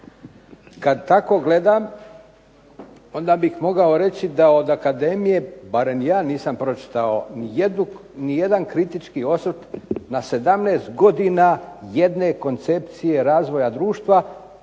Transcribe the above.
Kad tako gledam, onda bih mogao reći da od akademije, barem ja nisam pročitao ni jedan kritički osvrt na 17 godina jedne koncepcije razvoja društva,